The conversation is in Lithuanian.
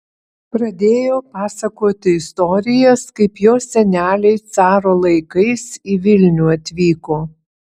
pradėjo pasakoti istorijas kaip jos seneliai caro laikais į vilnių atvyko